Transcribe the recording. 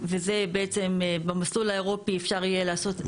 וזה בעצם במסלול האירופי אפשר יהיה לעשות,